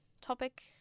topic